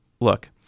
Look